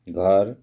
घर